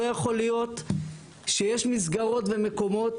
לא יכול להיות שיש מסגרות ומקומות